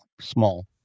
small